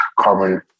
carbon